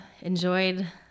enjoyed